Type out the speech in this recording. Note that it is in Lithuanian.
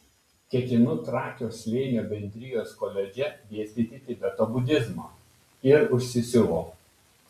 ketinu trakio slėnio bendrijos koledže dėstyti tibeto budizmą ir užsisiuvo